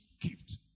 gift